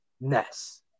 Ness